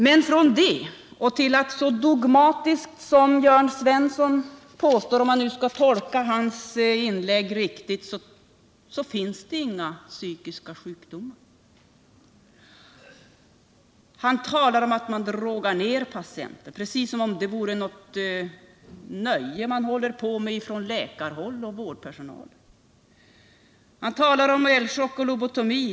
Men skall man tolka Jörn Svenssons dogmatiska inlägg riktigt, så skulle det innebära att det inte finns några psykiska sjukdomar. Han talade om att man drogar ner patienter, precis som om det vore något nöje som man håller på med från läkarhåll och vårdpersonal. Han talade om elchocker och lobotomi.